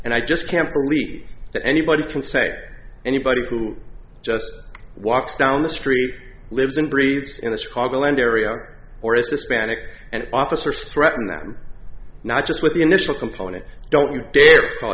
and i just can't believe that anybody can say anybody who just walks down the street and lives and breathes in the chicago land area or hispanic an officer stretton them not just with the initial component don't you dare call